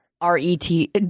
R-E-T